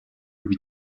lui